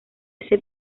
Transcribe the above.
ese